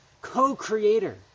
Co-creator